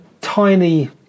tiny